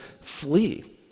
flee